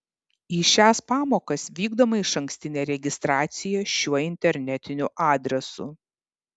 į šias pamokas vykdoma išankstinė registracija šiuo internetiniu adresu